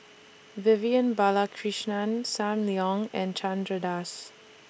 Vivian Balakrishnan SAM Leong and Chandra Das